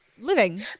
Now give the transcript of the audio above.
living